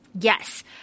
yes